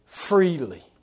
Freely